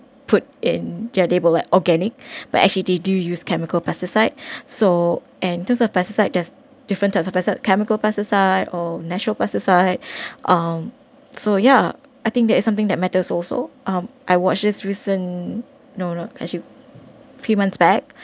put in their table like organic but actually they do use chemical pesticides so and those of pesticide there's different types of pesticide chemical pesticide or natural pesticide um so yeah I think that is something that matters also um I watched this recent no not actually few months back